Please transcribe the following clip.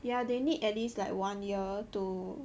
yeah they need at least like one year to